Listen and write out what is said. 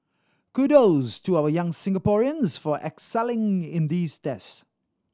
kudos to our young Singaporeans for excelling in these tests